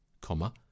comma